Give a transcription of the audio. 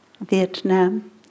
Vietnam